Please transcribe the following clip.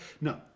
No